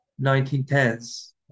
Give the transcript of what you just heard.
1910s